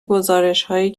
گزارشهایی